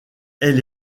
elle